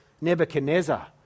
Nebuchadnezzar